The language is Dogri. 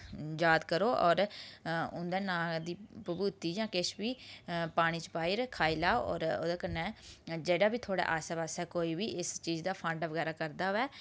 याद करो होर उं'दे नांऽ दा बबूती जां किश बी पानी च पाई'र खाई लैओ होर ओह्दे ने जेह्ड़ा बी थोआढ़े आस्सै पास्सै कोई बी इस चीज़ दा फांडा बगैरा करदा होऐ